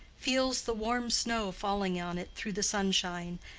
feels the warm snow falling on it through the sunshine,